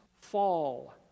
fall